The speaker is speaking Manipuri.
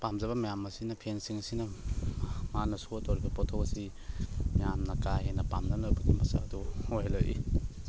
ꯄꯥꯝꯖꯕ ꯃꯌꯥꯝ ꯑꯁꯤꯅ ꯐꯦꯟꯁꯤꯡꯁꯤꯅ ꯃꯥꯅ ꯁꯣ ꯇꯧꯔꯤꯕ ꯄꯣꯊꯣꯛ ꯑꯁꯤ ꯌꯥꯝꯅ ꯀꯥ ꯍꯦꯟꯅ ꯄꯥꯝꯅꯅꯕꯒꯤ ꯃꯁꯛ ꯑꯗꯨ ꯑꯣꯏꯍꯜꯂꯛꯏ